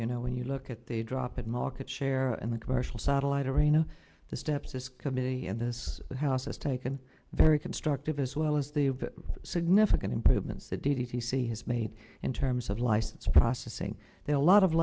you know when you look at the drop in market share in the commercial satellite arena the steps this committee and this house has taken very constructive as well as the significant improvements that d t c has made in terms of license processing there are a lot of